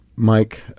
Mike